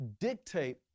dictate